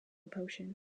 potion